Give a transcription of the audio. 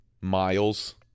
miles